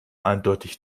eindeutig